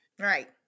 Right